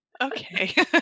Okay